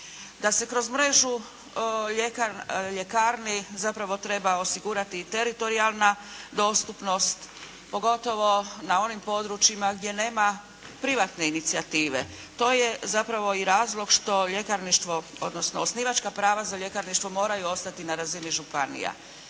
da se kroz mrežu ljekarni zapravo treba osigurati i teritorijalna dostupnost pogotovo na onim područjima gdje nema privatne inicijative. To je zapravo i razlog što ljekarništvo, odnosno osnivačka prava za ljekarništvo moraju ostati na razini županija.